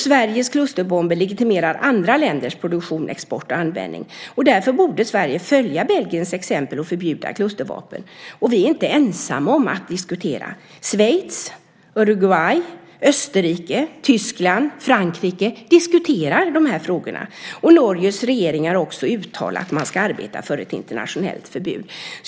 Sveriges klusterbomber legitimerar andra länders produktion, export och användning, och därför borde Sverige följa Belgiens exempel och förbjuda klustervapen. Vi är inte ensamma om att diskutera detta. Schweiz, Uruguay, Österrike, Tyskland och Frankrike diskuterar de här frågorna. Norges regering har också uttalat att man ska arbeta för ett internationellt förbud.